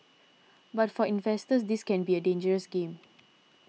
but for investors this can be a dangerous game